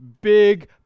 big